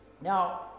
now